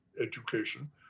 education